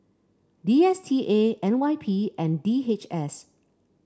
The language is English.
D S T A N Y P and D H S